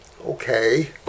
Okay